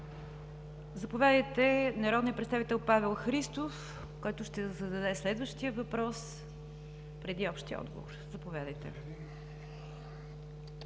Кръстева. Народният представител Павел Христов ще зададе следващия въпрос преди общия отговор. Заповядайте.